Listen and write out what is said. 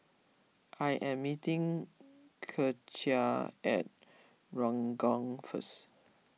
I am meeting Kecia at Ranggung first